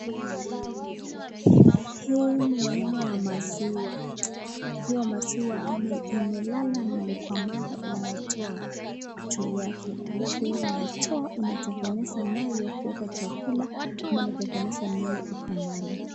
Hii ni aina ya maziwa, ikiwa maziwa imelala imekuwa mala unaitoa juu yake alafu hii unaitoa unaitengeza nayo kuweka chakula au kutengeneza nayo ikuwe mala.